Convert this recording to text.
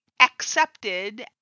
accepted